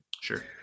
Sure